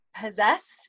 possessed